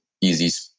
easy